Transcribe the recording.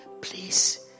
Please